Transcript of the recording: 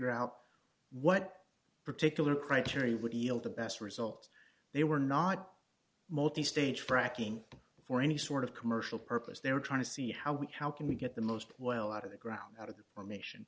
figure out what particular crankery would yield the best results they were not multi stage fracking for any sort of commercial purpose they were trying to see how we how can we get the most well out of the ground out of the formation